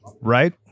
right